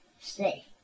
Stay